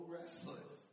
restless